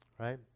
Right